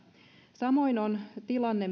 samoin on tilanne